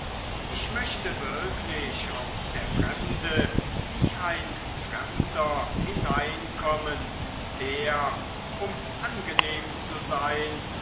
ich möchte wirklich aus der fremde wie ein fremder hineinkommen der um angenehm zu sein